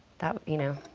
that you know,